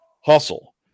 hustle